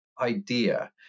idea